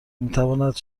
میتواند